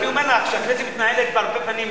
אבל אני אומר לך שהכנסת מתנהלת בהרבה פעמים,